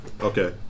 Okay